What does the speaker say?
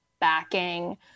backing